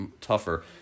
tougher